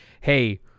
hey